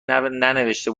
ننوشته